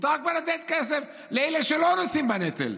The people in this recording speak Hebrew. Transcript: מותר לתת כסף לאלה שלא נושאים בנטל.